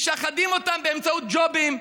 משחדים אותם באמצעות ג'ובים: